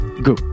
go